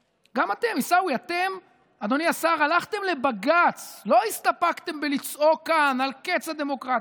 כאן: אם מישהו יעמיד אותי על טעותי,